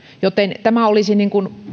joten tämä olisi